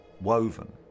woven